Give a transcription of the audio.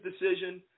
decision